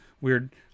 weird